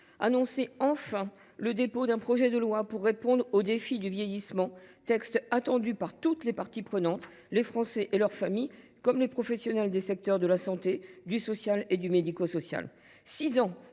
annoncer enfin le dépôt d’un projet de loi pour répondre au défi du vieillissement, texte attendu par toutes les parties prenantes, les Français et leurs familles comme les professionnels des secteurs de la santé, du social et du médico social.